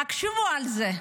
תחשבו על זה,